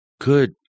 Good